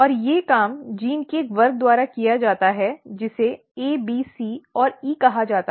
और ये काम जीन के एक वर्ग द्वारा किया जाता है जिसे A B C और E कहा जाता है